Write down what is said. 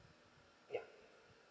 yeah